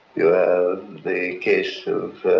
you have the case of